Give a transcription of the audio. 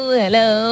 hello